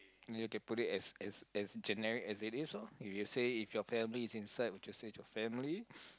you can put it as as as generic as it is lor if you say if your family was inside would you save your family